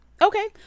Okay